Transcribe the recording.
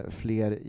fler